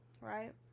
right